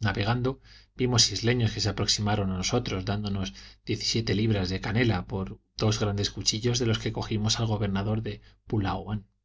navegando vimos isleños que se aproximaron a nosotros dándonos diez y siete libras de canela por dos grandes cuchillos de los que cogimos al gobernador de